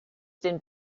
den